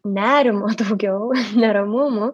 nerimo daugiau neramumų